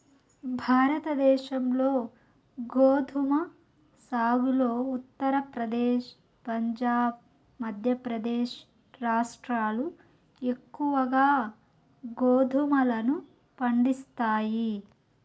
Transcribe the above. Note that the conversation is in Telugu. భారతదేశంలో గోధుమ సాగులో ఉత్తరప్రదేశ్, పంజాబ్, మధ్యప్రదేశ్ రాష్ట్రాలు ఎక్కువగా గోధుమలను పండిస్తాయి